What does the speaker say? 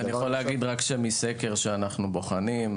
מסקר שאנו בוחנים,